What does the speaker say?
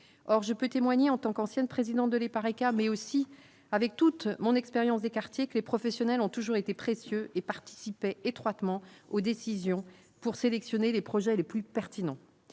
or je peux témoigner en tant qu'ancienne présidente de l'Epareca, mais aussi avec toute mon expérience des quartiers que les professionnels ont toujours été précieux et participez étroitement aux décisions pour sélectionner les projets les plus pertinents